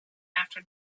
after